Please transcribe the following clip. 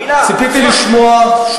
המילה "שלום" מפחידה אותך, הרי.